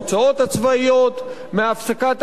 מהפסקת ההשקעות בהתנחלויות.